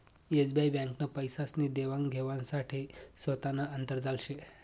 SBI ब्यांकनं पैसासनी देवान घेवाण साठे सोतानं आंतरजाल शे